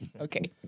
Okay